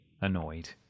annoyed